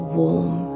warm